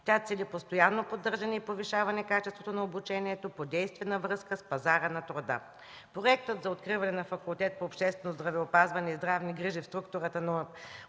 Тя цели постоянно поддържане и повишаване качеството на обучението по действена връзка с пазара на труда. Проектът за откриване на Факултет по обществено здравеопазване и здравни грижи в структурата на Университет